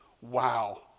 Wow